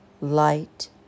light